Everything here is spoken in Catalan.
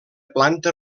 planta